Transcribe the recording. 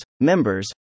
members